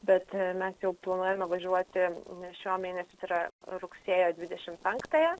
bet mes jau planuojame važiuoti ne šio mėnesio tai yra rugsėjo dvidešimt penktąją